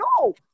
No